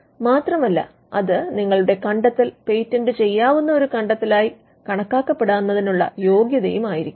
മാത്രമല്ല അത് നിങ്ങളുടെ കണ്ടെത്തൽ പേറ്റന്റ് ചെയ്യാവുന്ന ഒരു കണ്ടത്തെലായി കാണാക്കപ്പെടുന്നതിനുള്ള യോഗ്യതയുമായിരിക്കും